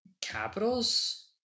Capitals